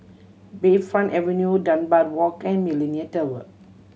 Bayfront Avenue Dunbar Walk and Millenia Tower